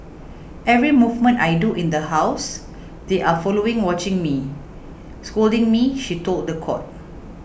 every movement I do in the house they are following watching me scolding me she told the court